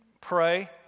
pray